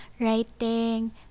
writing